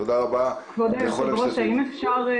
תודה רבה, הישיבה